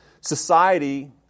society